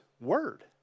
word